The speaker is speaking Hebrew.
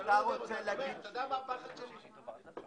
ועוד יותר - שופכים מלט בלבנון.